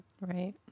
Right